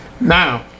Now